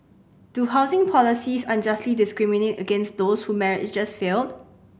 do housing policies unjustly discriminate against those whose marriages failed